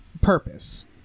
purpose